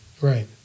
right